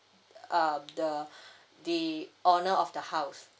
um the the owner of the house